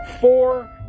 four